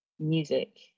Music